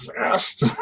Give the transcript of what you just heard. fast